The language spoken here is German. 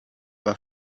war